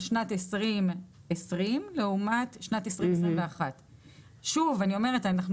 על שנת 2020 לעומת שנת 2021. אני אומרת שוב,